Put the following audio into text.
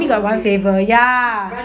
only got one flavour ya